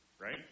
Right